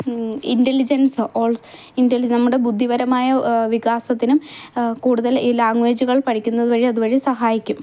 intelligence all ഇന്റലി നമ്മുടെ ബുദ്ധിപരമായ വികാസത്തിനും കൂടുതൽ ഈ ലാംഗ്വേജുകൾ പഠിക്കുന്നതുവഴി അത്വഴി സഹായിക്കും